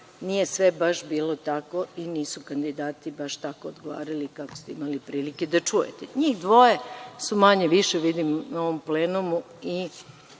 nije sve baš bilo tako i nisu kandidati baš tako odgovarali kako ste imali prilike da čujete. Njih dvoje su manje-više, vidim na ovom plenumu,